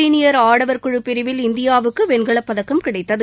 சீளியர் ஆடவர் குழுப் பிரிவில் இந்தியா வுக்கு வெண்கலப்பதக்கம் கிடைத்தது